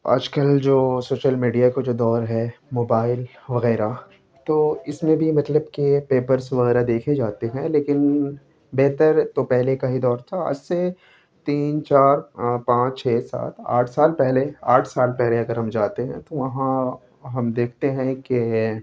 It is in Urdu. آج کل جو سوشل میڈیا کا جو دور ہے موبائل وغیرہ تو اس میں بھی مطلب کہ پیپرس وغیرہ دیکھے جاتے ہیں لیکن بہتر تو پہلے کا ہی دور تھا آج سے تین چار پانچ چھ سات آٹھ سال پہلے آٹھ سال پہلے اگر ہم جاتے ہیں تو وہاں ہم دیکھتے ہیں کہ